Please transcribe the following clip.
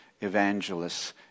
evangelists